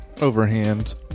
Overhand